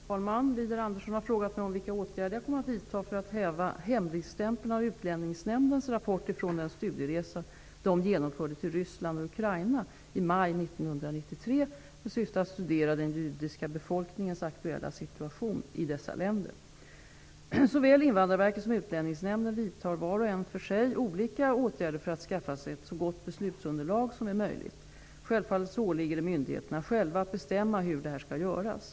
Herr talman! Widar Andersson har frågat mig om vilka åtgärder jag kommer att vidta för att häva hemligstämpeln av Utlänningsnämndens rapport från den studieresa man genomförde till Ryssland och Ukraina i maj 1993 med syfte att studera den judiska befolkningens aktuella situation i dessa länder. Såväl Invandrarverket som Utlänningsnämnden vidtar var och en för sig olika åtgärder för att skaffa sig ett så gott beslutsunderlag som möjligt. Självfallet åligger det myndigheterna själva att bestämma hur detta skall göras.